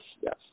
Yes